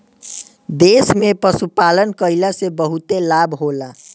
देश में पशुपालन कईला से बहुते लाभ होला